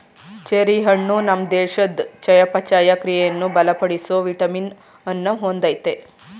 cherry ಹಣ್ಣು ನಮ್ ದೇಹದ್ ಚಯಾಪಚಯ ಕ್ರಿಯೆಯನ್ನು ಬಲಪಡಿಸೋ ವಿಟಮಿನ್ ಅನ್ನ ಹೊಂದಯ್ತೆ